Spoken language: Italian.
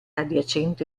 adiacente